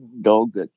dog